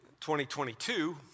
2022